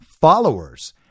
followers